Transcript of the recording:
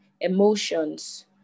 emotions